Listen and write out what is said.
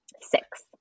Six